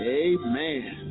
amen